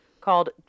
called